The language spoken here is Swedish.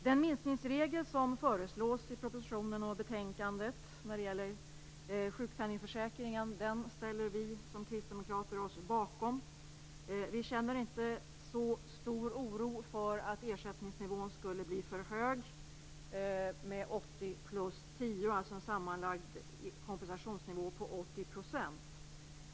Den minskningsregel som föreslås i propositionen och betänkandet när det gäller sjukpenningförsäkringen ställer vi som kristdemokrater oss bakom. Vi känner inte så stor oro för att ersättningsnivån skulle bli för hög med 80 plus 10, alltså en sammanlagd kompensationsnivå på 80 %.